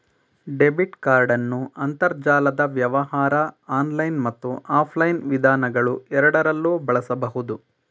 debit ಕಾರ್ಡನ್ನು ಅಂತರ್ಜಾಲದ ವ್ಯವಹಾರ ಆನ್ಲೈನ್ ಮತ್ತು ಆಫ್ಲೈನ್ ವಿಧಾನಗಳುಎರಡರಲ್ಲೂ ಬಳಸಬಹುದು